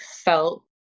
felt